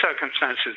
circumstances